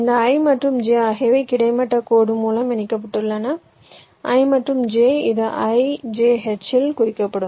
இந்த i மற்றும் j ஆகியவை கிடைமட்ட கோடு மூலம் இணைக்கப்பட்டுள்ளன i மற்றும் j இது ijH ஆல் குறிக்கப்படும்